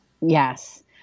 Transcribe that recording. Yes